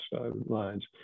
lines